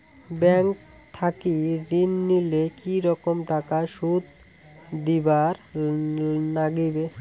Bank থাকি ঋণ নিলে কি রকম টাকা সুদ দিবার নাগিবে?